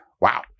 Wow